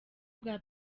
bwa